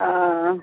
ও